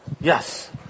Yes